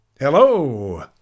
hello